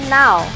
now